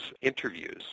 interviews